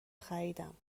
خریدم